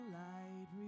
light